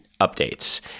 updates